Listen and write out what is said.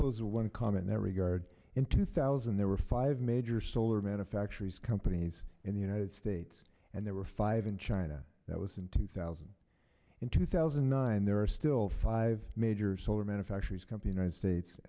close one com in that regard in two thousand there were five major solar manufacturers companies in the united states and there were five in china that was in two thousand in two thousand and nine there are still five major solar manufacturers company united states